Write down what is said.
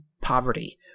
poverty